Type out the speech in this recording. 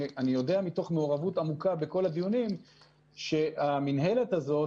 אני יודע מתוך מעורבות עמוקה בכל הדיונים שהמינהלת הזאת,